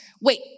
wait